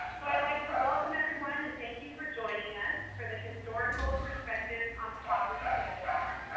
so i'd like to welcome everyone and thank you for joining us for the historical perspectives on poverty webinar.